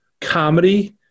comedy